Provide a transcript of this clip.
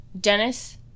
Dennis